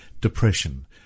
depression